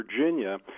Virginia